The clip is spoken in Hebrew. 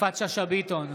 יפעת שאשא ביטון,